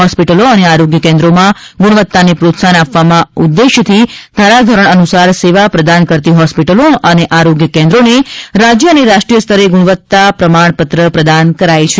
હોસ્પીટલો અને આરોગ્ય કેન્દ્રોમાં ગુણવત્તાને પ્રોત્સાહન આપવામાં ઉદેશયથી ધારા ધોરણ અનુસાર સેવા પ્રદાન કરતી હોસ્પીટલો અને આરોગ્યકેન્દ્રોને રાજ્ય અને રાષ્ટ્રીય સ્તરે ગુણવત્તા પ્રમાણપત્ર પ્રદાન કરાય છે